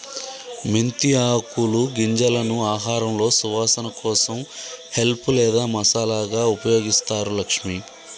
మెంతి ఆకులు గింజలను ఆహారంలో సువాసన కోసం హెల్ప్ లేదా మసాలాగా ఉపయోగిస్తారు లక్ష్మి